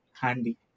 handy